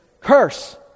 curse